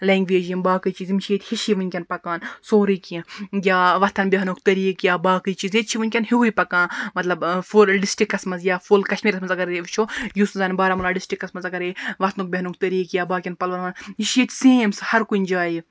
language یِم باقٕے چیٖز یِم چھِ ییٚتہِ ہِشی ونٛکیٚن پَکان سورٕے کینٛہہ یا وَتھَن بیٚہنُک طٔریقہٕ یا باقٕے چیٖز ییٚتہِ چھِ ونٛکیٚن ہِوُے پَکان مَطلَب فُل ڈِسٹرکَس مَنٛز یا فُل کَشمیٖرَس مَنٛز اَگر أسۍ وٕچھو یُس زَن بارہمُلہ ڈِسٹرکَس مَنٛز اَگَرے وۄتھنُک بیٚہنُک طٔریٖقہٕ یا باقیَن پَلوَن مَنٛز یہِ چھُ ییٚتہِ سیم سُہ ہر کُنہ جایہِ